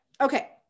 Okay